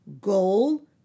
Goal